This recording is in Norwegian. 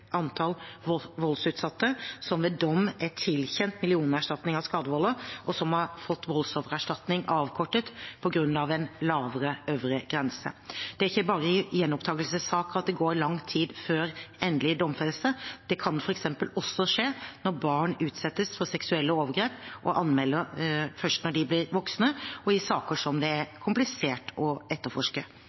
antall voldsutsatte som ved dom er tilkjent millionerstatning av skadevolder, og som har fått voldsoffererstatningen avkortet på grunn av en lavere øvre grense. Det er ikke bare i gjenopptakelsessaker at det går lang tid før endelig domfellelse. Det kan f.eks. også skje når barn utsettes for seksuelle overgrep og anmelder først når de blir voksne, og i saker som det er komplisert å etterforske.